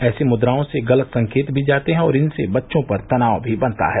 ऐसी मुद्राओं से गलत संकेत भी जाते हैं और इनसे बच्चों पर तनाव भी बनता है